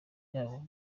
yabo